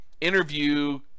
Interview